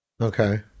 Okay